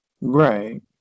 Right